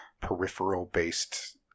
peripheral-based